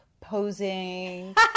posing